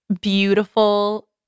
beautiful